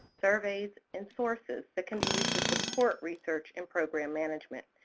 surveys, and sources that can be used to support research and program management.